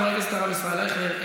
של חבר הכנסת הרב ישראל אייכלר,